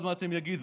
עוד מעט הם יגידו,